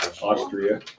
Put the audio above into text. Austria